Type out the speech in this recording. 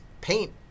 paint